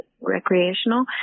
recreational